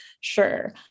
sure